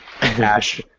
ash